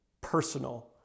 personal